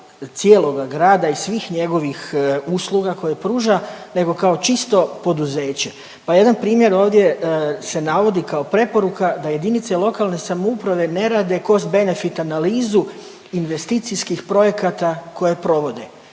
cijeloga grada i svih njegovih usluga koje pruža nego kao čisto poduzeće. Evo jedan primjer ovdje se navodi kao preporuka da jedinice lokalne samouprave ne rade cost-benefit analizu investicijskih projekata koje provode.